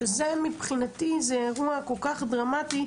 שזה מבחינתי אירוע כל כך דרמטי,